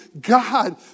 God